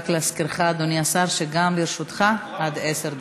רק להזכירך, אדוני השר, גם לרשותך עד עשר דקות.